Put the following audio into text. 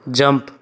jump